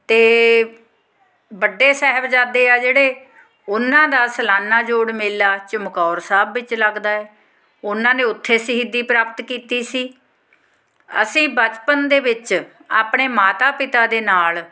ਅਤੇ ਵੱਡੇ ਸਾਹਿਬਜ਼ਾਦੇ ਆ ਜਿਹੜੇ ਉਹਨਾਂ ਦਾ ਸਲਾਨਾ ਜੋੜ ਮੇਲਾ ਚਮਕੌਰ ਸਾਹਿਬ ਵਿੱਚ ਲੱਗਦਾ ਉਹਨਾਂ ਨੇ ਉੱਥੇ ਸ਼ਹੀਦੀ ਪ੍ਰਾਪਤ ਕੀਤੀ ਸੀ ਅਸੀਂ ਬਚਪਨ ਦੇ ਵਿੱਚ ਆਪਣੇ ਮਾਤਾ ਪਿਤਾ ਦੇ ਨਾਲ